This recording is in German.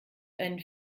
einen